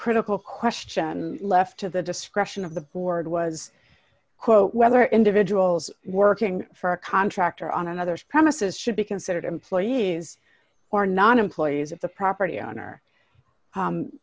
critical question left to the discretion of the board was quote whether individuals working for a contractor on another's premises should be considered employees or not employees of the property owner